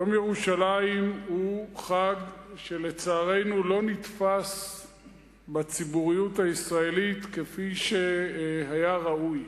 יום ירושלים הוא חג שלצערנו לא נתפס בציבוריות הישראלית כפי שהיה ראוי.